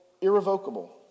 irrevocable